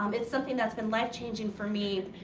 um it's something that's been life changing for me.